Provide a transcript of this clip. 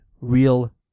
real